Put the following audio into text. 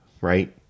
right